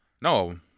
No